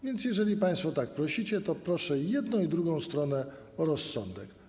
Więc jeżeli państwo tak prosicie, to proszę i jedną, i drugą stronę o rozsądek.